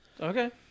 Okay